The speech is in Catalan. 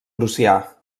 prussià